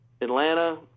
Atlanta